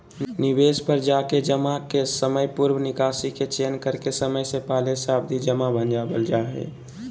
निवेश पर जाके जमा के समयपूर्व निकासी के चयन करके समय से पहले सावधि जमा भंजावल जा हय